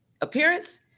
appearance